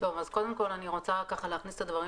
קודם כל אני רוצה להכניס את הדברים